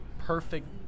perfect